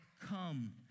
Come